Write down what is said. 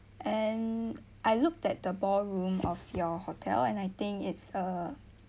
and I looked at the ball room of your hotel and I think it's a